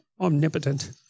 omnipotent